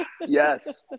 Yes